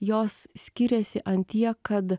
jos skiriasi ant tiek kad